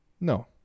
No